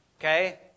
okay